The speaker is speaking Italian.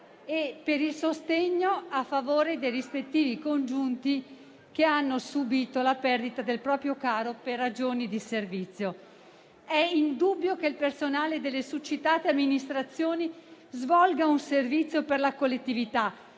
e per il sostegno a favore dei rispettivi congiunti che hanno subito la perdita del proprio caro per ragioni di servizio. È indubbio che il personale delle succitate amministrazioni svolga un servizio per la collettività